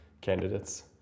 candidates